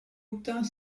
obtint